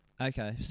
Okay